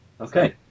Okay